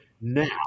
now